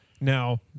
Now